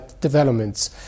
developments